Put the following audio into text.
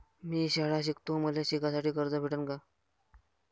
मी शाळा शिकतो, मले शिकासाठी कर्ज भेटन का?